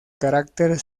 carácter